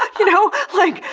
you know? like,